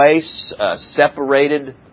separated